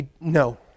No